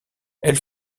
elle